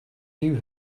you